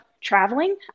traveling